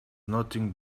nothing